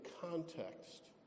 context